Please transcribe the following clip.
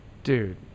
Dude